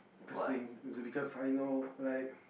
is it because I know like